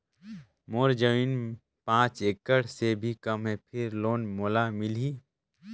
मोर जमीन पांच एकड़ से भी कम है फिर लोन मोला मिलही?